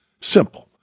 Simple